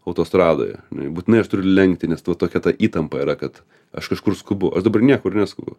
autostradoje būtinai aš turiu lenkti nes ta tokia ta įtampa yra kad aš kažkur skubu aš dabar niekur neskubu